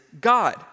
God